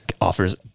offers